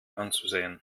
anzusehen